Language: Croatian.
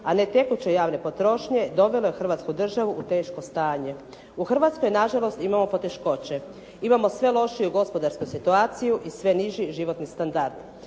a ne tekuće javne potrošnje, dovelo je u Hrvatsku državu u teško stanje. U Hrvatskoj na žalost imamo poteškoće. Imao sve lošiju gospodarsku situaciju i sve niži životni standard.